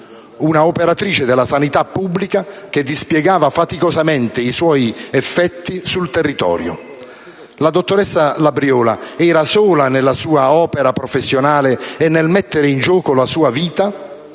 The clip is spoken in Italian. una operatrice della sanità pubblica che dispiegava faticosamente i suoi effetti sul territorio. La dottoressa Labriola era sola nella sua opera professionale e nel mettere in gioco la sua vita?